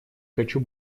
хочу